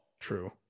True